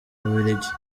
bubiligi